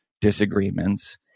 disagreements